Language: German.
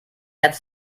herz